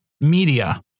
media